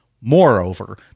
Moreover